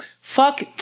Fuck